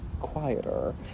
quieter